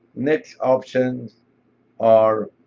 next options are